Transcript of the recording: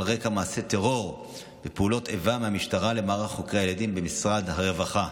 רקע מעשי טרור ופעולות איבה מהמשטרה למערך חוקרי הילדים במשרד הרווחה.